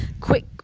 quick